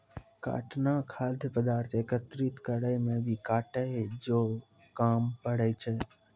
काटना खाद्य पदार्थ एकत्रित करै मे भी काटै जो काम पड़ै छै